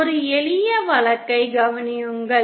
ஒரு எளிய வழக்கைக் கவனியுங்கள்